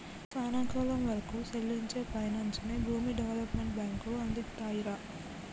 సానా కాలం వరకూ సెల్లించే పైనాన్సుని భూమి డెవలప్మెంట్ బాంకులు అందిత్తాయిరా